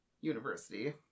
University